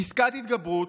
פסקת התגברות,